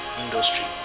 industry